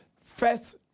first